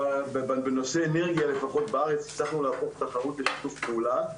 בנושא אנרגיה לפחות בארץ הצלחנו להפוך תחרות לשיתוף פעולה.